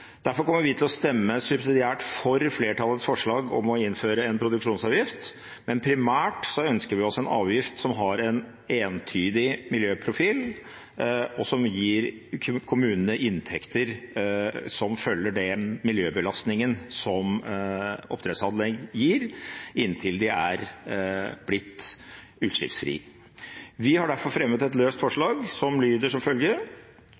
Derfor kommer vi til å stemme subsidiært for flertallets forslag om å innføre en produksjonsavgift, men primært ønsker vi oss en avgift som har en entydig miljøprofil, og som gir kommunene inntekter som følger den miljøbelastningen oppdrettsanlegg gir, inntil de er blitt utslippsfrie. Vi har derfor fremmet et løst forslag som